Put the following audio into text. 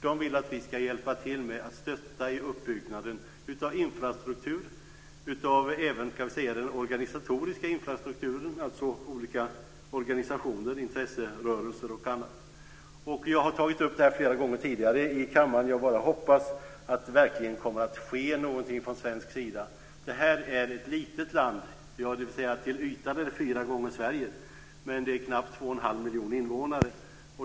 De vill att vi ska hjälpa till med att stödja uppbyggnaden av infrastruktur - även, kan man säga, den organisatoriska infrastrukturen, alltså olika organisationer, intresserörelser och annat. Jag har tagit upp det här flera gånger tidigare i kammaren. Jag bara hoppas att det verkligen kommer att ske någonting från svensk sida. Det här är ett litet land - ja, dvs. till ytan är det fyra gånger Sverige men det är knappt två och en halv miljon invånare.